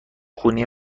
خونی